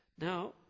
Now